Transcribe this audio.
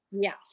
Yes